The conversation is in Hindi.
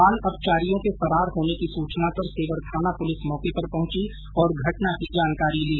बाल अपचारियों के फरार होने की सूचना पर सेवर थाना पुलिस मौके पर पहुंची और घटना की जानकारी ली